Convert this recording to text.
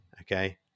okay